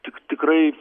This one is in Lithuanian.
tik tikrai